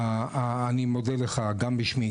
אני מודה לך גם בשמי,